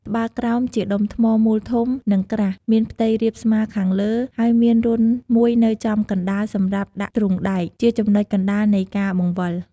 ត្បាល់ក្រោម ជាដុំថ្មមូលធំ និងក្រាស់ មានផ្ទៃរាបស្មើខាងលើ ហើយមានរន្ធមួយនៅចំកណ្ដាលសម្រាប់ដាក់ទ្រូងដែក ជាចំណុចកណ្ដាលនៃការបង្វិល។